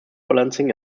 balancing